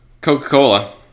Coca-Cola